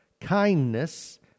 kindness